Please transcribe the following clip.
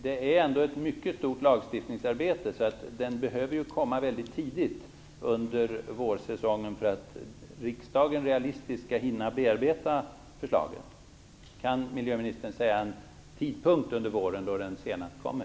Det är ändå ett mycket stort lagstiftningsarbete, så propositionen behöver komma väldigt tidigt under vårsäsongen för att riksdagen realistiskt skall hinna bearbeta förslaget. Kan miljöministern ange någon tidpunkt då den senast kommer?